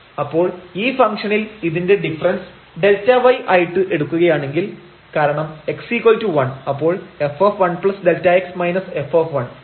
അപ്പോൾ ഈ ഫംഗ്ഷനിൽ ഇതിന്റെ ഡിഫറൻസ് Δy ആയിട്ട് എടുക്കുകയാണെങ്കിൽ കാരണം x1 അപ്പോൾ f1Δx f